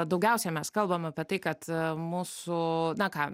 daugiausiai mes kalbam apie tai kad mūsų na ką